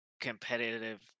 competitive